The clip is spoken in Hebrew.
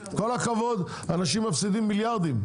עם כל הכבוד אנשים מפסידים מיליארדים.